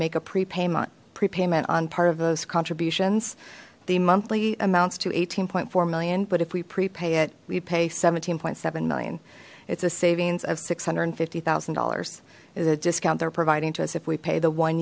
make a prepayment prepayment on part of those contributions the monthly amounts to eighteen point four million but if we prepay it we pay seventeen point seven million it's a savings of six hundred and fifty thousand dollars as a discount they're providing to us if we pay the one